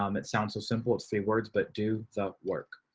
um it sounds so simple. it's the words, but do the work.